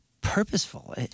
purposeful